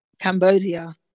cambodia